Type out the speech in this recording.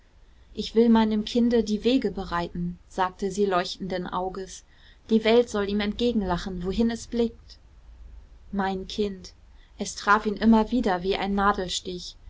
ich will meinem kinde die wege bereiten sagte sie leuchtenden auges die welt soll ihm entgegenlachen wohin es blickt mein kind es traf ihn immer wieder wie ein nadelstich